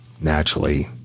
naturally